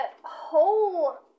whole